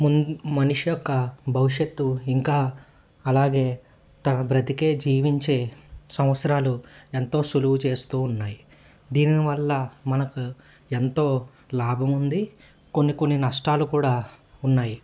మున్ మనిషి యొక్క భవిష్యత్తు ఇంకా అలాగే తన బ్రతికే జీవించే సంవత్సరాలు ఎంతో సులువు చేస్తూ ఉన్నాయి దీనివల్ల మనకు ఎంతో లాభంముంది కొన్ని కొన్ని నష్టాలు కూడా ఉన్నాయి